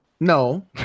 No